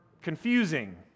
confusing